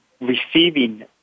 receiving